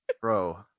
bro